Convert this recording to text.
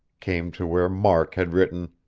came to where mark had written